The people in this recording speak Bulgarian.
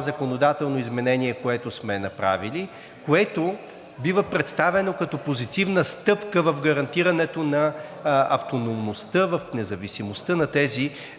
законодателното изменение, което сме направили, което бива представено като позитивна стъпка в гарантирането на автономността, в независимостта на тези